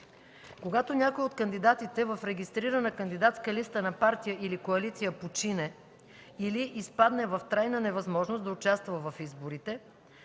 „Когато някой от кандидатите в регистрирана кандидатска листа на партия или коалиция почине или изпадне в трайна невъзможност да участва в изборите,